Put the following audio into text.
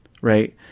Right